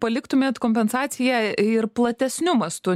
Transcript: paliktumėt kompensaciją ir platesniu mastu